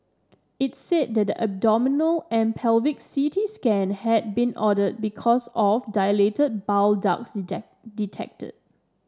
it's said the abdominal and pelvic C T scan had been ordered because of dilated bile ducts detected